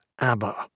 ABBA